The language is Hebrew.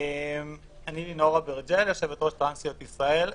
אני יושבת-ראש טרנסיות ישראל.